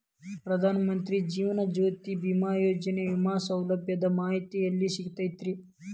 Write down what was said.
ಪ್ರಧಾನ ಮಂತ್ರಿ ಜೇವನ ಜ್ಯೋತಿ ಭೇಮಾಯೋಜನೆ ವಿಮೆ ಸೌಲಭ್ಯದ ಮಾಹಿತಿ ಎಲ್ಲಿ ಸಿಗತೈತ್ರಿ?